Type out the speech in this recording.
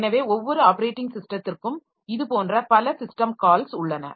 எனவே ஒவ்வொரு ஆப்பரேட்டிங் ஸிஸ்டத்திற்கும் இதுபோன்ற பல சிஸ்டம் கால்ஸ் உள்ளன